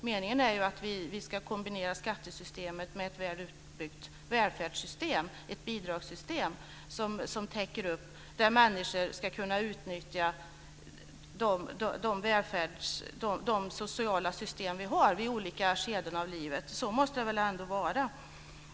Meningen är ju att vi ska kombinera skattesystemet med väl utbyggda bidragssystem och sociala system som täcker upp och som människor ska kunna utnyttja i olika skeden av livet. Så måste det väl ändå vara.